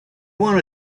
wanna